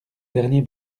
dernier